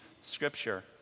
Scripture